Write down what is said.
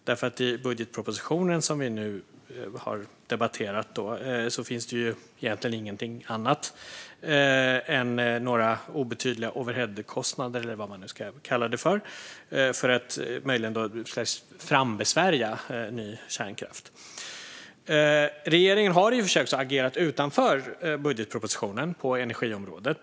I den budgetproposition som vi nu debatterar finns det ju egentligen ingenting annat än några obetydliga overheadkostnader, eller vad man nu ska kalla det, för att möjligen frambesvärja ny kärnkraft. Regeringen har i och för sig också agerat utanför budgetpropositionen på energiområdet.